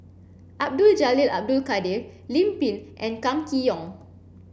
Abdul Jalil Abdul Kadir Lim Pin and Kam Kee Yong